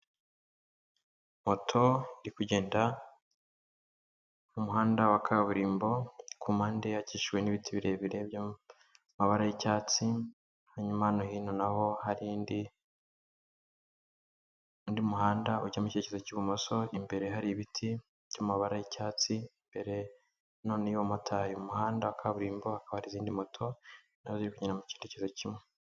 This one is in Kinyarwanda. Moto iri kugenda mu muhanda wa kaburimbo ku mpande hakikijwe n'ibiti birebire by'amabara y'icyatsi, no hino naho hari undi muhanda ujya mu kerekezo k'ibumoso, imbere hari ibiti by'amabara y'icyatsi, imbere hino y'uwo mumotari mu muhanda wa kaburimbo hakaba hari izindi moto nazo ziri kujya mu cyerekezo kimwe.